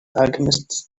alchemists